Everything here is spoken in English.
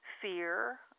fear